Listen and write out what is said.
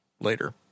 later